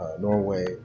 Norway